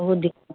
बहुत दिक्कत